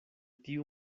tiu